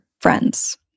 friends